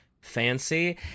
Fancy